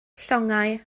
llongau